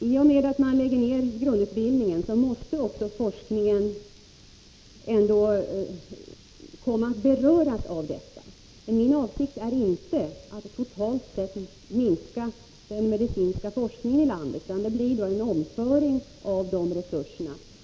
I och med att man lägger ned grundutbildningen kommer också forskningen att beröras. Men min avsikt är inte att totalt sett minska den medicinska forskningen i landet, utan det blir en omföring av de aktuella resurserna.